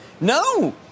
No